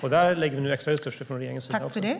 Där lägger vi nu också extra resurser från regeringens sida.